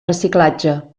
reciclatge